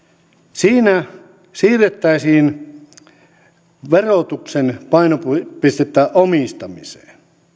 siinä siirrettäisiin verotuksen painopistettä omistamiseen